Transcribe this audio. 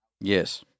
Yes